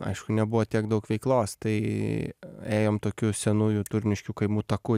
aišku nebuvo tiek daug veiklos tai ėjom tokiu senųjų turniškių kaimų taku